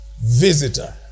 visitor